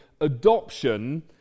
adoption